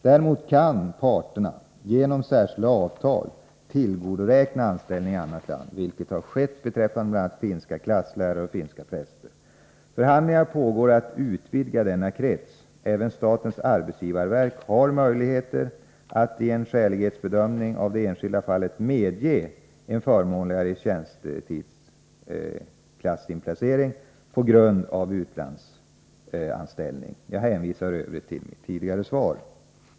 Däremot kan de avtalsslutande parterna genom särskilda avtal tillgodoräkna anställning i annat land, vilket har skett beträffande bl.a. finska klasslärare och finska präster. Förhandlingar pågår om att utvidga denna krets. Även statens arbetsgivarverk har möjligheter att i en skälighetsbedömning av det enskilda fallet medge en förmånligare tjänstetidsklassinplacering på grund av utlandsanställning. Jag hänvisar i övrigt till mitt tidigare svar.